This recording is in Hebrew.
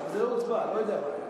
אבל זה לא הוצבע, לא יודע מה היה.